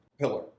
pillar